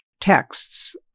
texts